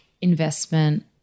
investment